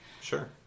Sure